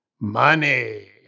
Money